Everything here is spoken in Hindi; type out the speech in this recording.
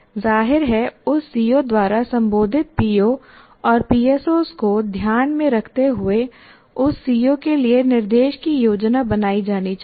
जाहिर है उस सीओ द्वारा संबोधित पीओ और पीएसओ को ध्यान में रखते हुए उस सीओ के लिए निर्देश की योजना बनाई जानी चाहिए